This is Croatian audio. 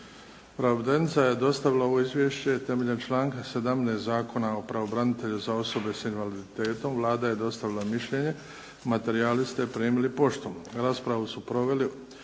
Pravobraniteljica je dostavila ovo izvješće temeljem članka 17. Zakona o pravobranitelju za osobe sa invaliditetom. Vlada je dostavila mišljenje. Materijale ste primili poštom. Raspravu su proveli